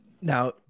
Now